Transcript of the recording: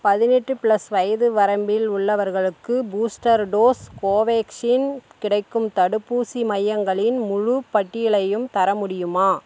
பதினெட்டு ப்ளஸ் வயது வரம்பில் உள்ளவர்களுக்கு பூஸ்டர் டோஸ் கோவேக்ஸின் கிடைக்கும் தடுப்பூசி மையங்களின் முழு பட்டியலையும் தர முடியுமா